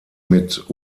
mit